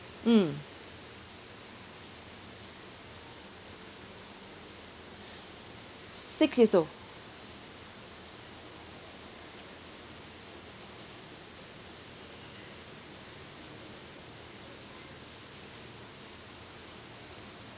mm six years old